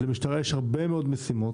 למשטרה יש הרבה מאוד משימות